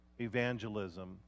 evangelism